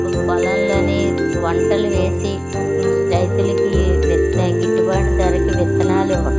పొం పొలంలో వంటలు వేసి రైతులకు విత్ గిట్టుబాటు ధరకి విత్తనాలు ఇవ్వటం